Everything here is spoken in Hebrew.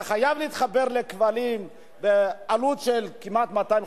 חבר הכנסת שלמה מולה, בבקשה, אדוני.